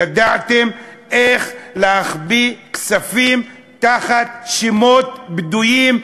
ידעתם איך להחביא כספים תחת שמות בדויים,